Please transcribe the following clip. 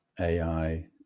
ai